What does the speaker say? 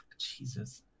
Jesus